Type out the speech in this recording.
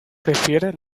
prefiere